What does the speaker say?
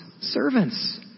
servants